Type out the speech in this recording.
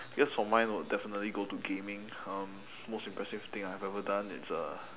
guess for mine would definitely go to gaming um most impressive thing I've ever done is uh